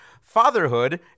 fatherhood